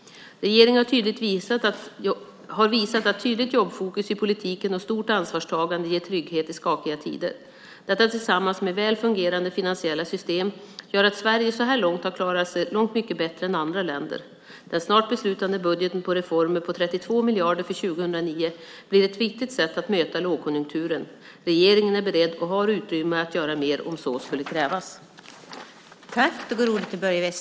Regeringen har visat att tydligt jobbfokus i politiken och stort ansvarstagande ger trygghet i skakiga tider. Detta tillsammans med väl fungerande finansiella system gör att Sverige så här långt har klarat sig långt mycket bättre än andra länder. Den snart beslutade budgeten med reformer på 32 miljarder för 2009 blir ett viktigt sätt att möta lågkonjunkturen. Regeringen är beredd och har utrymme att göra mer om så skulle krävas.